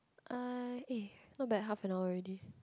uh eh not bad half an hour already